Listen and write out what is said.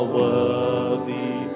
worthy